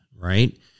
right